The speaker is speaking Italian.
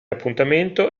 appuntamento